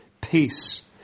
peace